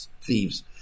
thieves